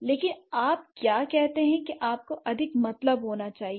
लेकिन आप क्या कहते हैं कि आपको अधिक मतलब होना चाहिए